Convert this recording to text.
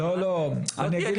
אני אגיד